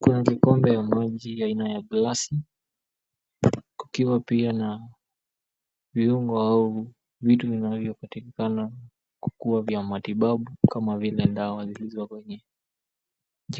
Kuna kikombe cha maji aina ya glasi kukiwa pia na viungo au vitu vinaopatikana kuwa vya matibabu kama vile dawa zizo kwenye